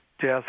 death